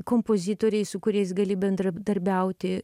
kompozitoriai su kuriais gali bendradarbiauti